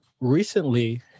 Recently